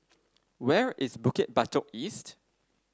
where is Bukit Batok East